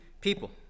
people